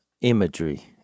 imagery